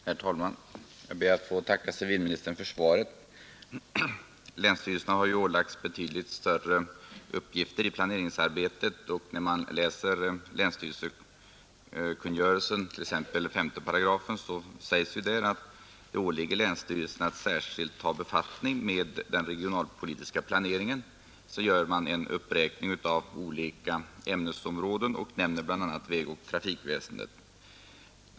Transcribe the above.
Herr talman! Jag ber att få tacka civilministern för svaret. Länsstyrelserna har ju ålagts betydligt större uppgifter i planeringsarbetet nu, och i länsstyrelsekungörelsen — t.ex. 5 §— sägs att det åligger länsstyrelsen att särskilt ta befattning med den regionalpolitiska planeringen. Så gör man en uppräkning av olika ämnesområden och nämner bl.a. vägoch trafikväsendet.